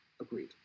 Agreed